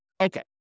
Okay